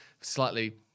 slightly